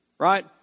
right